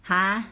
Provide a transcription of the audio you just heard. !huh!